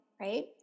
right